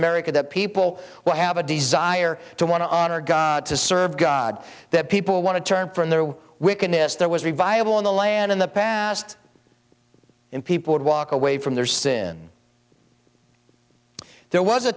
america that people will have a desire to want to honor god to serve god that people want to turn from their wickedness there was a viable in the land in the past in people would walk away from their sin there was a